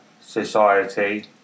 society